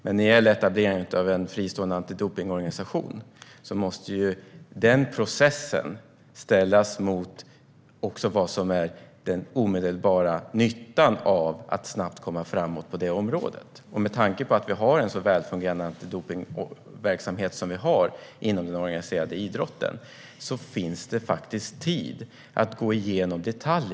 Men när det gäller etableringen av en fristående antidopningsorganisation måste den processen också ställas mot den omedelbara nyttan av att snabbt komma framåt på området. Med tanke på att vi har en så välfungerande antidopningverksamhet inom den organiserade idrotten finns det faktiskt tid för att gå igenom detaljerna.